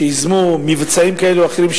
ייזמו מבצעים כאלה או אחרים,